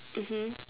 mmhmm